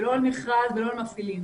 ולא על מכרז ולא על מפעילים.